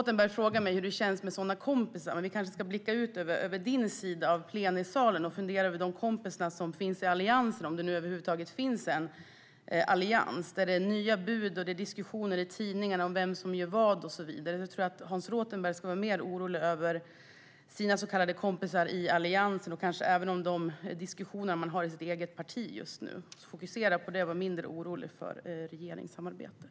Du frågade hur det känns med sådana kompisar, Hans Rothenberg, men vi kanske ska blicka ut över din sida av plenisalen och fundera över de kompisar som finns i Alliansen, om det nu över huvud taget finns en allians. Det är nya bud, och det är diskussioner i tidningarna om vem som gör vad och så vidare. Jag tror att Hans Rothenberg ska vara mer orolig över sina så kallade kompisar i Alliansen och de diskussioner man har i hans eget parti just nu. Han borde fokusera mer på det och vara mindre orolig över regeringssamarbetet.